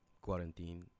quarantine